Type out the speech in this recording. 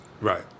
Right